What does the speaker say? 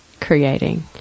creating